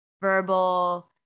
verbal